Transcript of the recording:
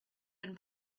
been